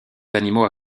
animaux